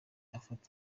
ufata